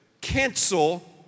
cancel